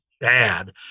bad